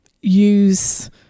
use